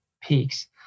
peaks